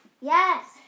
Yes